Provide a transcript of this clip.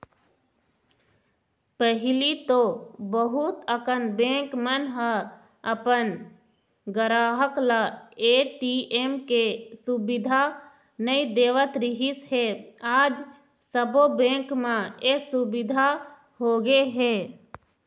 पहिली तो बहुत अकन बेंक मन ह अपन गराहक ल ए.टी.एम के सुबिधा नइ देवत रिहिस हे आज सबो बेंक म ए सुबिधा होगे हे